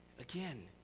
Again